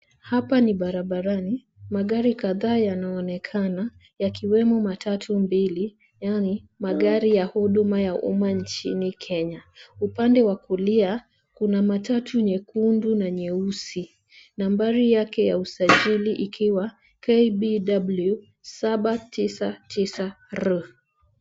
Hapa ni barabarani magari kadhaa yanaonekana yakiwemo matatu mbili yaani magari ya huduma ya umma nchini Kenya .Upande wa kulia kuna matatu nyekundu na nyeusi nambari yake ya usajili ikiwa KBW 799R.